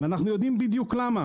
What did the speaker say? אנחנו יודעים בדיוק למה